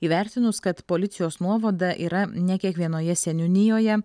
įvertinus kad policijos nuovada yra ne kiekvienoje seniūnijoje